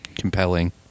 compelling